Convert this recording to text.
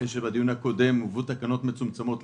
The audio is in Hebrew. אחרי שבדיון הקודם הובאו תקנות מצומצמות,